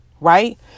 right